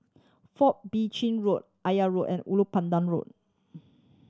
Fourth Bee Chin Road Aya Road and Ulu Pandan Road